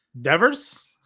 Devers